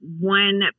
One